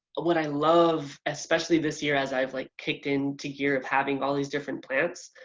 what i love especially this year as i've like kicked into gear of having all these different plants,